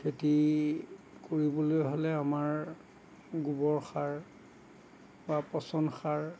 খেতি কৰিবলৈ হ'লে আমাৰ গোবৰ সাৰ বা পচন সাৰ